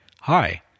Hi